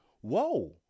Whoa